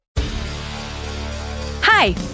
Hi